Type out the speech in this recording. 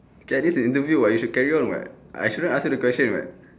K this is interview [what] you should carry on [what] I actually ask you the question [what]